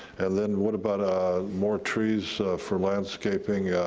and then what about ah more trees for landscaping?